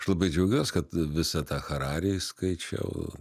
aš labai džiaugiuos kad visą tą hararį skaičiau